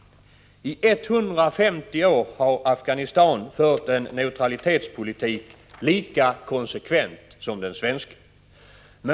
I 150 år har Afghanistan fört en neutralitetspolitik lika konsekvent som den svenska.